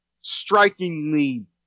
strikingly